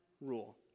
rule